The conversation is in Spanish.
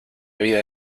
vida